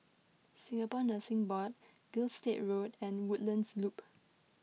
Singapore Nursing Board Gilstead Road and Woodlands Loop